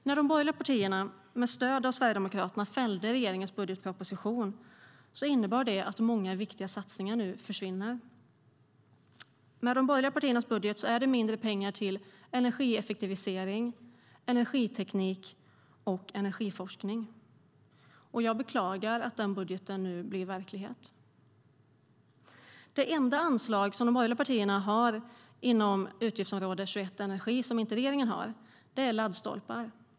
När de borgerliga partierna med stöd av Sverigedemokraterna fällde regeringens budgetproposition innebar det att många viktiga satsningar nu försvinner. Med de borgerliga partiernas budget är det mindre pengar till energieffektivisering, energiteknik och energiforskning. Jag beklagar att den budgeten nu blir verklighet. Det enda anslag som de borgerliga partierna har inom utgiftsområde 21 Energi som inte regeringen har är laddstolpar.